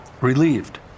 relieved